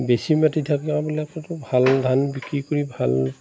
বেছি মাটি থকাবিলাকেতো ভাল ধান বিক্ৰী কৰি ভাল